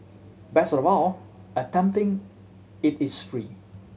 best of all attempting it is free